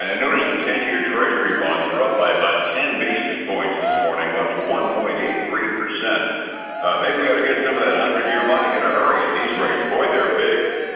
ah notice the ten-year treasury bonds are up by about ten basis points this morning, up to one point eight three. maybe we ought to get some of that hundred-year money in a hurry at these rates. boy, they're big.